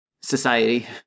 society